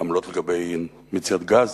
עמלות לגבי מציאת גז.